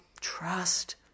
trust